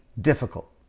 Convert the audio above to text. difficult